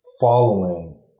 following